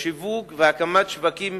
שיווק והקמת שווקים